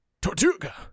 Tortuga